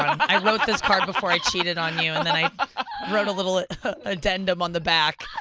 i wrote this card before i cheated on you and then i wrote a little addendum on the back.